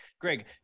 Greg